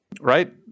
Right